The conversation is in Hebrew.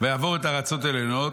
ויעבור את הארצות העליונות.